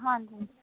ਹਾਂਜੀ